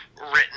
written